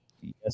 Yes